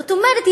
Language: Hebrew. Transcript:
זאת אומרת,